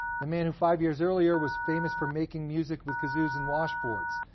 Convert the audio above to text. the man who five years earlier was famous for making music with kazoos and washboards.